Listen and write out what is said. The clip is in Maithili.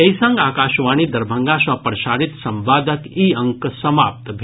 एहि संग आकाशवाणी दरभंगा सँ प्रसारित संवादक ई अंक समाप्त भेल